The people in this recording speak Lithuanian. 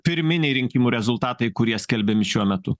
pirminiai rinkimų rezultatai kurie skelbiami šiuo metu